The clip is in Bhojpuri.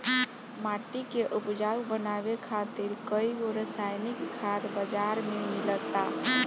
माटी के उपजाऊ बनावे खातिर कईगो रासायनिक खाद बाजार में मिलता